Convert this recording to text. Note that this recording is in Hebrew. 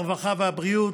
הרווחה והבריאות,